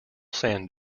sand